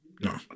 no